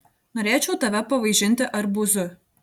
norėčiau tave pavaišinti arbūzu